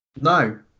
No